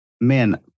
Man